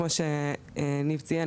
כמו שניב ציין,